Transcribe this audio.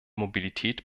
mobilität